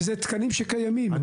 ואלה תקנים שקיימים.